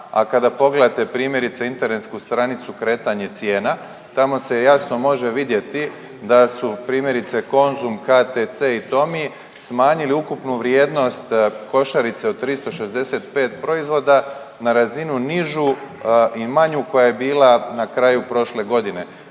a kada pogledate primjerice internetsku stranicu „kretanje cijena“ tamo se jasno može vidjeti da su primjerice „Konzum“, „KTC“ i „Tommy“ smanjili ukupnu vrijednost košarice od 365 proizvoda na razinu nižu i manju koja je bila na kraju prošle godine,